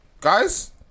guys